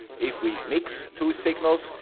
if we mix two signals,